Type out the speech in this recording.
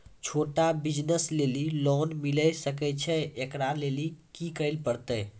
छोटा बिज़नस लेली लोन मिले सकय छै? एकरा लेली की करै परतै